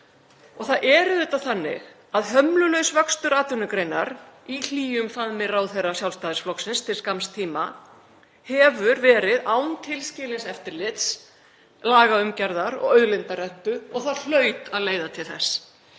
Það er auðvitað þannig að hömlulaus vöxtur atvinnugreinar, í hlýjum faðmi ráðherra Sjálfstæðisflokksins til skamms tíma, hefur verið án tilskilins eftirlits, lagaumgjarðar og auðlindarentu og það hlaut að leiða til þess.